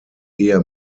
ehe